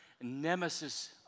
nemesis